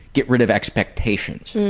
get rid of expectations.